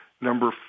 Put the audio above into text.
Number